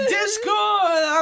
Discord